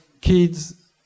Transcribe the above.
kids